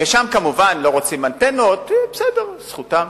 ושם, כמובן, לא רוצים אנטנות, בסדר, זכותם.